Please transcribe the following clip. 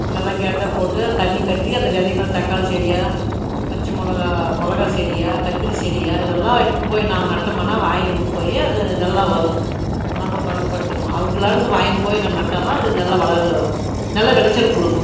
நல்லா கேட்ட போட்டு தண்ணி கட்டி அந்த விதைகள் தக்காளி செடியா பச்சை மிளகா மிளகா செடியா கத்திரி செடியா இதெல்லாம் எடுத்துன்னு போய் நாம நட்டோமன்னா வாயிந்துப் போய் அது நல்லா வரும் நம்ம பதன்படுத்திருவோம் அவங்களருந்து வாய்ண்ட்டு போய் நம்ம நட்டால் தான் அது நல்லா வளரும் நல்ல வெளைச்சல் கொடுக்கும்